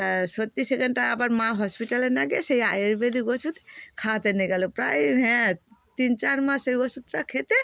তা সত্যি সেখানটা আবার মা হসপিটালে না গিয়ে সেই আয়ুর্বেদিক ওষুধ খাওয়াতে নিয়ে গেলো প্রায় হ্যাঁ তিন চার মাস সেই ওষুধটা খেতে